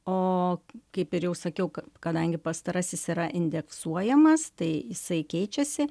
o kaip ir jau sakiau kadangi pastarasis yra indeksuojamas tai jisai keičiasi